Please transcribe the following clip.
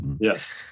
Yes